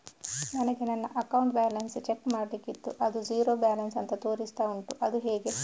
ನನಗೆ ನನ್ನ account balance check ಮಾಡ್ಲಿಕ್ಕಿತ್ತು ಅದು ಝೀರೋ ಬ್ಯಾಲೆನ್ಸ್ ಅಂತ ತೋರಿಸ್ತಾ ಉಂಟು ಅದು ಹೇಗೆ?